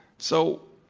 so,